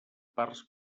parts